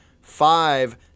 five